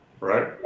Right